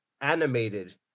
animated